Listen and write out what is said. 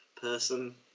person